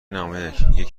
نمایش، یه